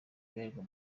ibarirwa